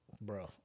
Bro